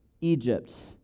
Egypt